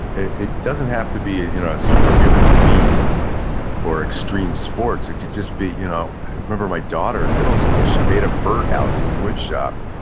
it it doesn't have to be you know a super human feat or extreme sports, it could just be, you know i remember my daughter in middle school, she made a bird house in wood shop.